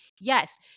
Yes